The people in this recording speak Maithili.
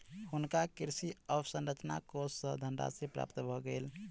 हुनका कृषि अवसंरचना कोष सँ धनराशि प्राप्त भ गेल